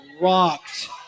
rocked